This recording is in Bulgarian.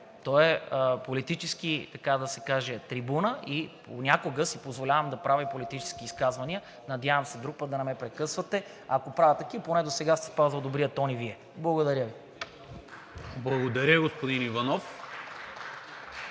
Това е политическа, така да се каже, трибуна и понякога си позволявам да правя и политически изказвания. Надявам се друг път да не ме прекъсвате, ако правя такива, поне да се спазва добрият тон. Благодаря Ви. (Ръкопляскания от